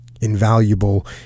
Invaluable